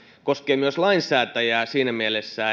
koskee myös lainsäätäjää siinä mielessä